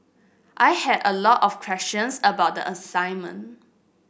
I had a lot of questions about the assignment